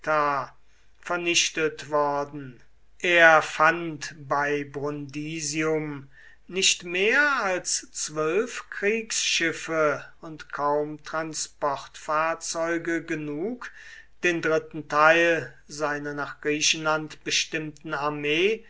vernichtet worden er fand bei brundisium nicht mehr als zwölf kriegsschiffe und kaum transportfahrzeuge genug um den dritten teil seiner nach griechenland bestimmten armee